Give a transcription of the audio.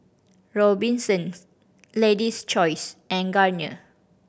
Robinsons Lady's Choice and Garnier